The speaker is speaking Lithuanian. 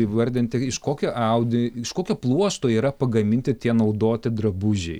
įvardinti iš kokio audi iš kokio pluošto yra pagaminti tie naudoti drabužiai